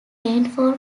rainfall